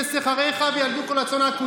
אינם אלא אמצעי להישרדות שלו ולהמשך השלטון שלו.